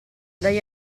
lei